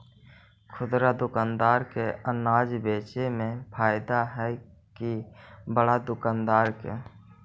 खुदरा दुकानदार के अनाज बेचे में फायदा हैं कि बड़ा दुकानदार के?